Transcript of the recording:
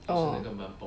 oh